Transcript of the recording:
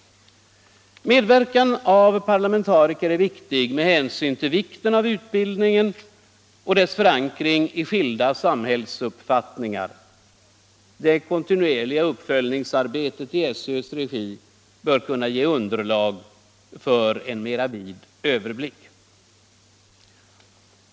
Medverkan av parlamentariker är viktig med hänsyn till utbildningens betydelse och förankringen i skilda samhällsuppfattningar. Det kontinuerliga uppföljningsarbetet i SÖ:s regi bör kunna ge underlag för en mera vid överblick.